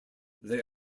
they